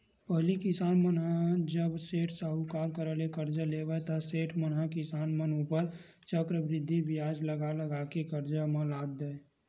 पहिली किसान मन ह जब सेठ, साहूकार करा ले करजा लेवय ता सेठ मन ह किसान मन ऊपर चक्रबृद्धि बियाज लगा लगा के करजा म लाद देय